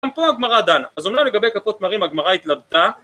גם פה הגמרא דנה, אז אומנם לגבי כפות תמרים, הגמרא התלבטה